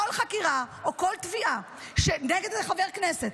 כל חקירה או כל תביעה שנגד חבר הכנסת,